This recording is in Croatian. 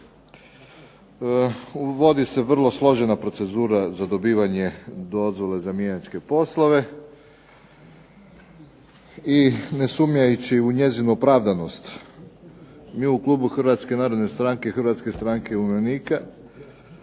Uvodi se vrlo složena procedura za dobivanje dozvola za mjenjačke poslove i ne sumnjajući u njezinu opravdanost mi u klubu HNS-a, HSU-a koristimo priliku